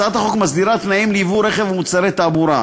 הצעת החוק מסדירה תנאים לייבוא רכב ומוצרי תעבורה.